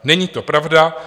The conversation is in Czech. Není to pravda.